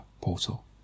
portal